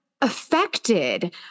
affected